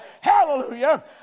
Hallelujah